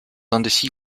indécis